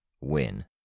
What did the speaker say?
Win